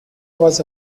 was